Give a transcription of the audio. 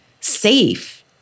safe